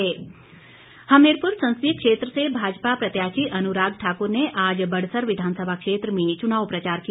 अनुराग ठाकुर हमीरपुर संसदीय क्षेत्र से भाजपा प्रत्याशी अनुराग ठाकुर ने आज बड़सर विधानसभा क्षेत्र में चुनाव प्रचार किया